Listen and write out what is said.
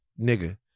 nigga